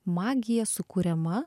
magija sukuriama